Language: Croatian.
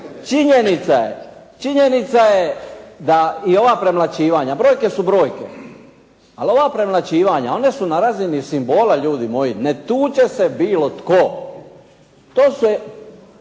Činjenica je da i ova premlaćivanja, brojke su brojke, ali ova premlaćivanja, ona su na razini simbola, ljudi moji. Ne tuče se bilo tko.